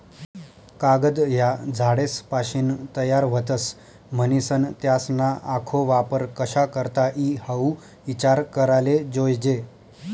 कागद ह्या झाडेसपाशीन तयार व्हतस, म्हनीसन त्यासना आखो वापर कशा करता ई हाऊ ईचार कराले जोयजे